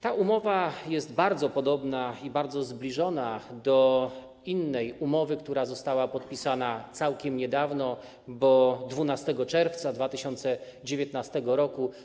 Ta umowa jest bardzo podobna i bardzo zbliżona do innej umowy, która została podpisana całkiem niedawno, bo 12 czerwca 2019 r.